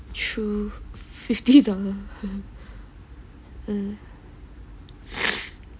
true fifty dollar